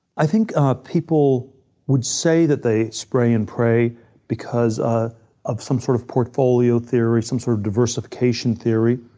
i think ah people would say that they spray and pray because ah of some sort of portfolio theory, some sort of diversification theory.